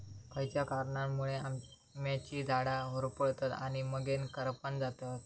खयच्या कारणांमुळे आम्याची झाडा होरपळतत आणि मगेन करपान जातत?